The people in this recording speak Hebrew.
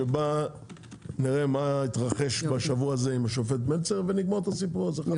שבה נראה מה התרחש בשבוע הזה עם השופט מלצר ונגמור את הסיפור הזה.